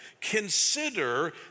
consider